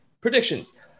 predictions